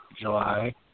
July